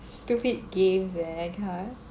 stupid games eh ya